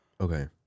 Okay